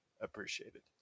appreciated